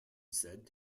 said